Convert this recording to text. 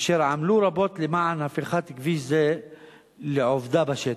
אשר עמלו רבות למען הפיכת כביש זה לעובדה בשטח.